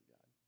God